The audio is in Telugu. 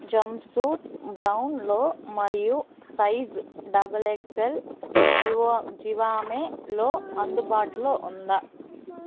జంప్సూట్ బ్రౌన్లో మరియు సైజ్ డబల్ ఎక్సెల్ జివామేలో అందుబాటులో ఉందా